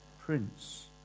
Prince